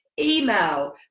Email